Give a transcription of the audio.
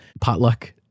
potluck